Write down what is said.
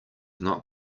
not